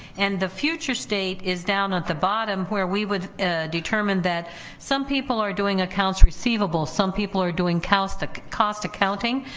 and the future state is down at the bottom, where we would determine that some people are doing accounts receivable, some people are doing cost like cost accounting,